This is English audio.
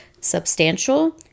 substantial